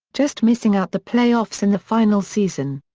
just missing out the play-offs in the final season.